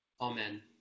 Amen